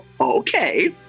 okay